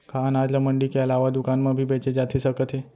का अनाज ल मंडी के अलावा दुकान म भी बेचे जाथे सकत हे?